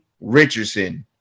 Richardson